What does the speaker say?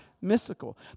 mystical